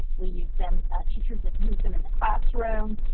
we use them teachers use them in the classroom,